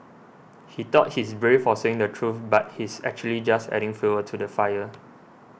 he thought he's brave for saying the truth but he's actually just adding fuel to the fire